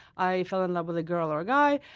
i fell in love with a girl or a guy,